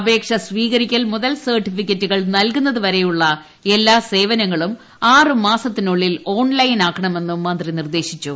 അപേക്ഷ സ്വീകരിക്കൽ മുതൽ സർട്ടിഫിക്കറ്റുകൾ നൽകുന്നതുവരെയുള്ള എല്ലാ സേവനങ്ങളും ആറുമാസത്തിനുളളിൽ ഓൺലൈനാക്കണമെന്നും മന്ത്രി നിർദേശിച്ചു